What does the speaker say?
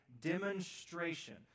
demonstration